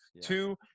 Two